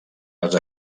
les